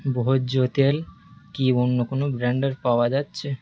ভোজ্য তেল কি অন্য কোনো ব্র্যান্ডের পাওয়া যাচ্ছে